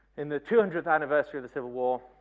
in the two hundredth anniversary of the civil war,